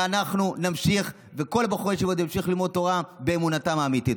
ואנחנו נמשיך וכל בחורי הישיבות ימשיכו ללמוד תורה באמונתם האמיתית.